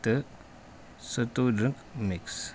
تہٕ سَتوٗ drink mix